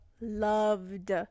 loved